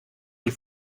die